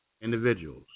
individuals